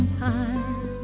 time